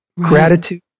Gratitude